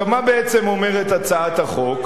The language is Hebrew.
עכשיו, מה בעצם אומרת הצעת החוק?